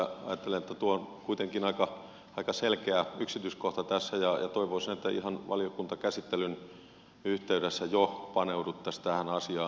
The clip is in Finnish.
ajattelen että tuo on kuitenkin aika selkeä yksityiskohta tässä ja toivoisin että ihan valiokuntakäsittelyn yhteydessä jo paneuduttaisiin tähän asiaan